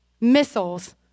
missiles